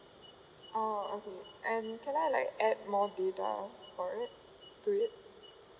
oh okay and can I like add more data for it to it